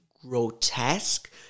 grotesque